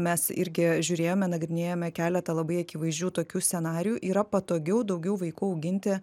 mes irgi žiūrėjome nagrinėjome keletą labai akivaizdžių tokių scenarijų yra patogiau daugiau vaikų auginti